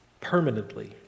permanently